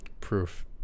proof